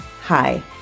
Hi